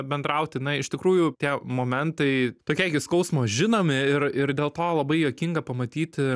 bendrauti na iš tikrųjų tie momentai tokie iki skausmo žinomi ir ir dėl to labai juokinga pamatyti